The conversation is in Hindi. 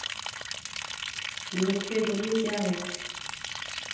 नमस्ते बोलिए क्या है